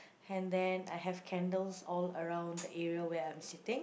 and then I have candles all around the area where I'm sitting